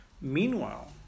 Meanwhile